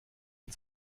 und